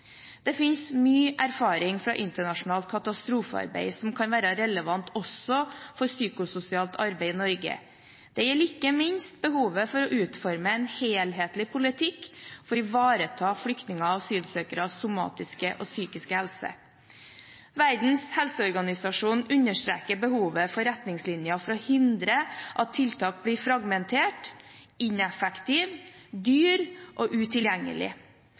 Det finnes mye erfaring fra internasjonalt katastrofearbeid som kan være relevant også for psykososialt arbeid i Norge. Det gjelder ikke minst behovet for å utforme en helhetlig politikk for å ivareta flyktningers og asylsøkeres somatiske og psykiske helse. Verdens helseorganisasjon understreker behovet for retningslinjer for å hindre at tiltak blir fragmentert, ineffektive, dyre og